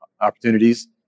opportunities